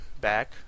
back